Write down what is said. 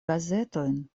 gazetojn